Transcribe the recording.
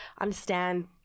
Understand